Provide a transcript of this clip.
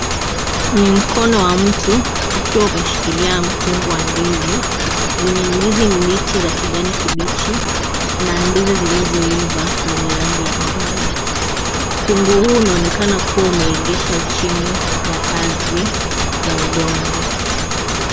Ni mkono wa mtu, ukiwa umeshikilia mkungu wa ndizi, zenye ndizi mbichi za kijani kibichi na ndizi zilizoiva zenye rangi ya njano. Mkungu huu, unaonekana kuwa umeegeshwa chini ya ardhi ya udongo.